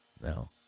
No